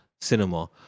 cinema